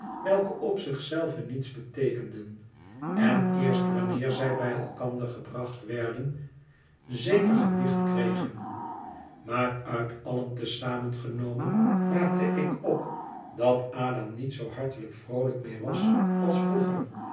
welke op zich zelve niets beteekenden en eerst wanneer zij bij elkander gebracht werden zeker gewicht verkregen maar uit allen te zamen genomen maakte ik op dat ada niet zoo hartelijk vroolijk meer was als vroeger